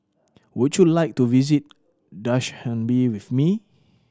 would you like to visit Dushanbe with me